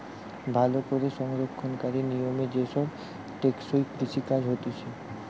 ভালো করে সংরক্ষণকারী নিয়মে যে সব টেকসই কৃষি কাজ হতিছে